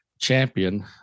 champion